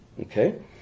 Okay